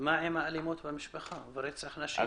אלימות במשפחה ורצח נשים?